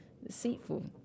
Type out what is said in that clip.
Deceitful